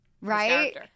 Right